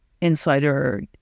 insider